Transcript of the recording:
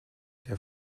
der